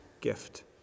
gift